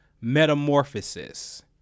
Metamorphosis